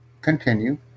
continue